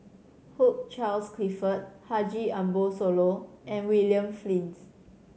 Hugh Charles Clifford Haji Ambo Sooloh and William Flint